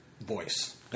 voice